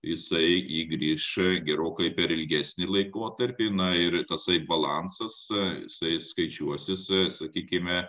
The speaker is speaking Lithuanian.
jisai į grįš gerokai per ilgesnį laikotarpį na ir tasai balansas jisai skaičiuosis sakykime